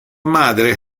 madre